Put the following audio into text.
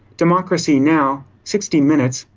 democracy now, sixty minutes,